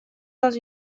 dans